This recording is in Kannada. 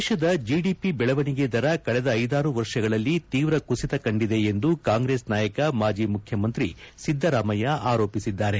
ದೇಶದ ಜಿದಿಪಿ ಬೆಳವಣಿಗೆ ದರ ಕಳೆದ ಐದಾರು ವರ್ಷಗಳಲ್ಲಿ ತೀವ್ರ ಕುಸಿತ ಕಂಡಿದೆ ಎಂದು ಕಾಂಗ್ರೆಸ್ ನಾಯಕ ಮಾಜಿ ಮುಖ್ಯಮಂತ್ರಿ ಸಿದ್ದರಾಮಯ್ಯ ಆರೋಪಿಸಿದ್ದಾರೆ